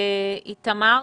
איתמר